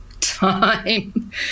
Time